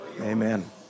Amen